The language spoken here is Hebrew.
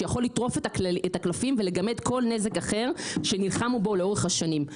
שיכול לטרוף את הקלפים ולגמד כל נזק אחר שנלחמנו בו לאורך השנים.